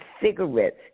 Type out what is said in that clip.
cigarettes